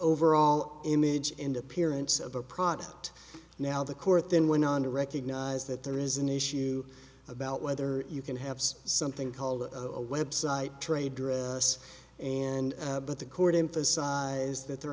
overall image and appearance of a product now the court then went on to recognize that there is an issue about whether you can have something called a website trade dress and but the court emphasized that there